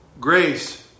grace